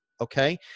okay